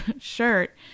shirt